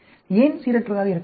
ஏன் சீரற்றதாக இருக்க வேண்டும்